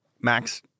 Max